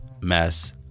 mess